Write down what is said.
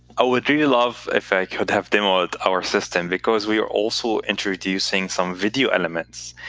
i would really love if i could have demoed our system. because we are also introducing some video elements,